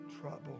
trouble